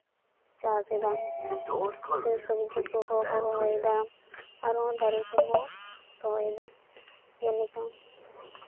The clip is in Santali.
ᱪᱟᱥ ᱮᱫᱟ ᱥᱮ ᱥᱚᱵᱽᱡᱤ ᱠᱚᱠᱚ ᱨᱚᱦᱚᱭᱮᱫᱟ ᱛᱟᱨ ᱢᱚᱫᱽᱫᱦᱮ ᱟᱹᱞᱩ ᱠᱚᱦᱚᱸ ᱨᱚᱦᱚᱭᱮᱫᱟ ᱡᱮᱞᱮᱠᱟ